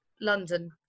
London